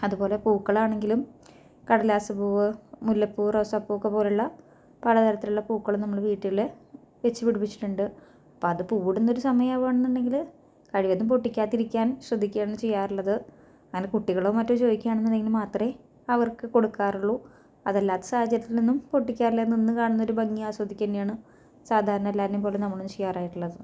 അതുപോലെ പൂക്കളാണെങ്കിലും കടലാസ് പൂവ് മുല്ലപ്പൂവ് റോസാപ്പൂക്കൾ പോലുള്ള പല തരത്തിലുള്ള പൂക്കള് നമ്മള് വീട്ടില് വച്ച് പിടിപ്പിച്ചിട്ടുണ്ട് അപ്പം അത് പൂവിടുന്ന ഒരു സമയാവാണെന്നുണ്ടങ്കില് കഴിവതും പൊട്ടിക്കാതിരിക്കാൻ ശ്രദ്ധിക്കുകയാണ് ചെയ്യാറുള്ളത് അങ്ങനെ കുട്ടികളോ മറ്റോ ചോദിക്കാണെന്നുണ്ടെങ്കിൽ മാത്രേ അവർക്ക് കൊടുക്കാറുള്ളൂ അതല്ലാത്ത സാഹചര്യത്തിലൊന്നും പൊട്ടിക്കാറില്ലന്നൊന്ന് കാണുന്നൊരു ഭംഗി ആസ്വദിക്കുക തന്നെയാണ് സാധാരണ എല്ലാവരെയും പോലെ നമ്മള് ചെയ്യാറായിട്ട് ഉള്ളത്